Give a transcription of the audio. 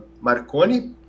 Marconi